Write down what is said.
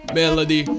melody